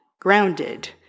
grounded